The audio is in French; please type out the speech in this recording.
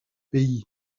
pays